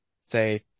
say